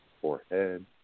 forehead